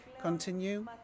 continue